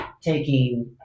taking